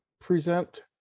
present